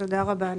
תודה רבה.